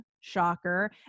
shocker